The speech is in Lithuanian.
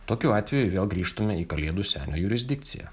tokiu atveju vėl grįžtume į kalėdų senio jurisdikciją